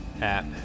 app